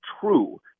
true